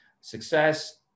success